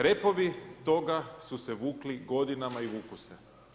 Repovi toga su se vukli godinama i vuku se.